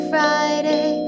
Friday